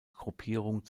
gruppierung